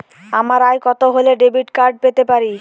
আমার আয় কত হলে ডেবিট কার্ড পেতে পারি?